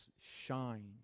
shine